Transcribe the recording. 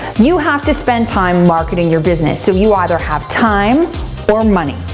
you have to spend time marketing your business, so you either have time or money.